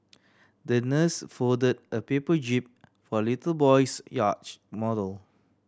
the nurse fold a paper jib for little boy's yacht model